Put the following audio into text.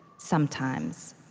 sometimes.